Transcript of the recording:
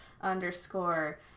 underscore